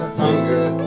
hunger